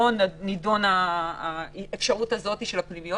לא נדונה האפשרות של הפנימיות.